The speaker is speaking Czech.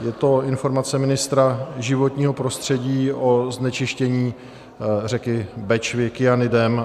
Je to Informace ministra životního prostředí o znečištění řeky Bečvy kyanidem.